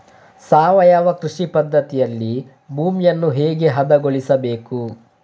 ಸಾವಯವ ಕೃಷಿ ಪದ್ಧತಿಯಲ್ಲಿ ಭೂಮಿಯನ್ನು ಹೇಗೆ ಹದಗೊಳಿಸಬೇಕು?